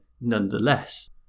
nonetheless